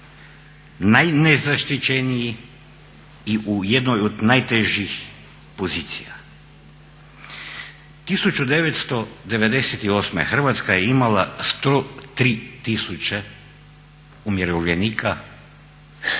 najnezaštićeniji i u jednoj od najtežih pozicija. 1998. Hrvatska je imala 103 000 umirovljenika koji su